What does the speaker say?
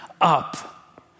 up